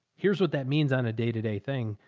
here's what that means on a day to day thing.